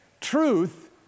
truth